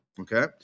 Okay